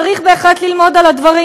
צריך בהחלט ללמוד על הדברים.